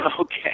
Okay